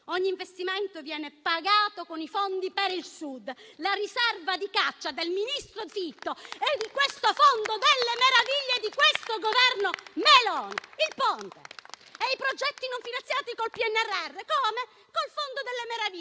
Ogni investimento viene pagato con i fondi per il Sud, la riserva di caccia del ministro Fitto e di questo fondo delle meraviglie del Governo Meloni. Il Ponte e i progetti non finanziati con il PNRR fanno ricorso al fondo delle meraviglie,